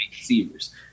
receivers